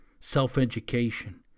Self-education